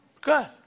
Good